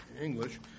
English